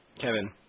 Kevin